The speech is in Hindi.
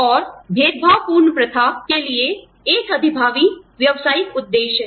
और भेदभावपूर्ण प्रथा के लिए एक अधिभावी व्यावसायिक उद्देश्य है